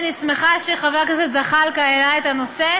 אני שמחה שחבר הכנסת זחאלקה העלה את הנושא,